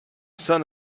sun